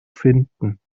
finden